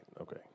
Okay